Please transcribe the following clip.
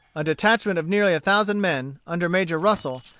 a detachment of nearly a thousand men, under major russell,